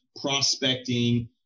prospecting